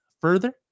further